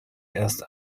erst